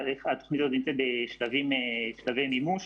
התוכנית הזאת נמצאת בשלבי מימוש.